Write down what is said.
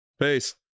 peace